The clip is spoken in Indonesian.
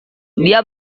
dia